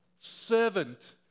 servant